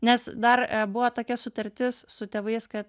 nes dar buvo tokia sutartis su tėvais kad